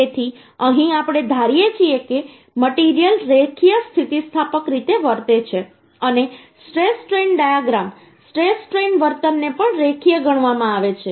તેથી અહીં આપણે ધારીએ છીએ કે મટીરીયલ રેખીય સ્થિતિસ્થાપક રીતે વર્તે છે અને stress strain diagram stress strain વર્તનને પણ રેખીય ગણવામાં આવે છે